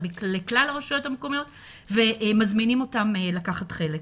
לכלל הרשויות המקומיות ומזמינים אותם לקחת חלק.